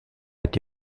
été